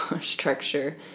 structure